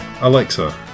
Alexa